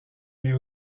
mais